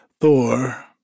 Thor